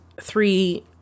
three